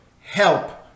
help